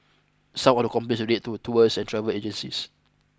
some of the complaints relate to a tours and travel agencies